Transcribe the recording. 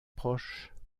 proche